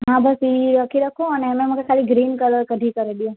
हा बस हीअ रखी रखो अने इन में मूंखे ख़ाली ग्रीन कलर कढी करे ॾियो